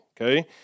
okay